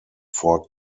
ford